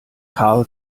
karl